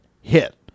hit